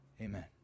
amen